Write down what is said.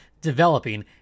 developing